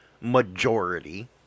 majority